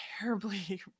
terribly